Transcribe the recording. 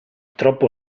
troppo